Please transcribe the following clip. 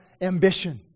ambition